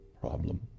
problem